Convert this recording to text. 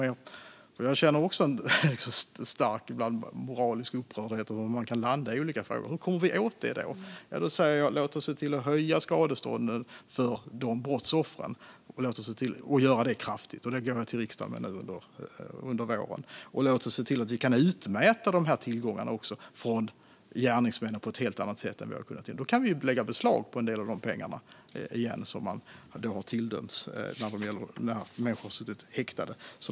Jag kan också känna en stark moralisk upprördhet ibland över hur man kan landa i olika frågor. Hur kommer vi åt detta? Jag säger: Låt oss se till att kraftigt höja skadestånden för brottsoffren. Detta går jag till riksdagen med nu under våren. Och låt oss se till att vi kan utmäta tillgångarna från gärningsmännen på ett helt annat sätt än vi kan nu. Då kan man lägga beslag på en del av de pengar som tilldömts i ersättning till människor som suttit häktade.